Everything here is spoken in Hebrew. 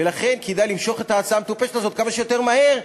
ולכן כדאי למשוך את ההצעה המטופשת הזאת כמה שיותר מהר,